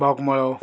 भोगमाळो